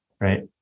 right